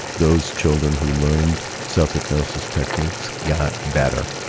those children who learned self hypnosis techniques got better,